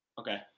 Okay